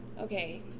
Okay